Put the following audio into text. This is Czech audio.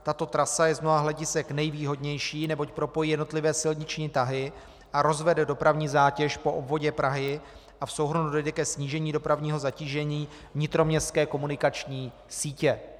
Tato trasa je z mnoha hledisek nejvýhodnější, neboť propojí jednotlivé silniční tahy a rozvede dopravní zátěž po obvodě Prahy a v souhrnu dojde ke snížení dopravního zatížení vnitroměstské komunikační sítě.